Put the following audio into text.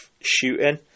shooting